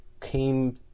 came